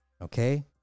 okay